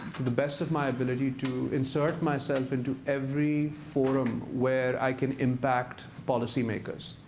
the best of my ability, to insert myself into every forum where i can impact policymakers,